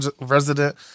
resident